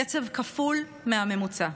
קצב כפול מהממוצע,